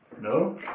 No